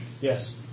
Yes